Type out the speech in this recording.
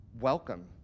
welcome